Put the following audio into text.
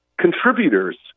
contributors